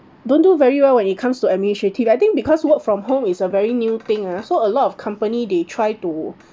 don't do very well when it comes to administrative I think because work from home is a very new thing ah so a lot of company they try to